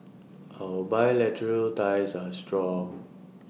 our bilateral ties are strong